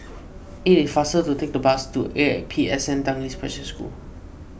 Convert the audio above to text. it is faster to take the bus to A P S N Tanglin Special School